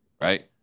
right